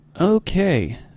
Okay